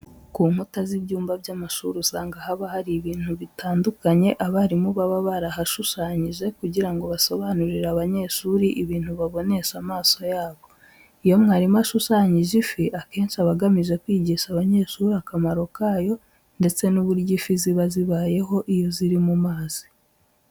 Ku nkuta z'ibyumba by'amashuri usanga haba hari ibintu bitandukanye abarimu baba barahashushanyije kugira ngo basobanurire abanyeshuri ibintu babonesha amaso yabo. Iyo mwarimu ashushanyije ifi, akenshi aba agamije kwigisha abanyeshuri akamaro kayo ndetse n'uburyo ifi ziba zibayeho iyo ziri mu mazi.